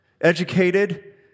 educated